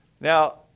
Now